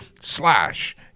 slash